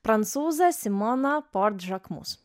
prancūzą simoną port žakmus